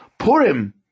Purim